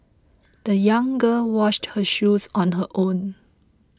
the young girl washed her shoes on her own